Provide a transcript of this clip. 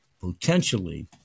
potentially